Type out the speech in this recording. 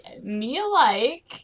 me-alike